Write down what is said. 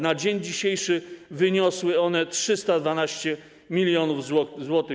Na dzień dzisiejszy wyniosły one 312 mln zł.